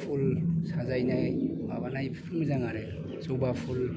फुल साजायनाय माबाय बेफोरबो मोजां आरो जबा फुल